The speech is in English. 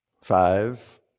Five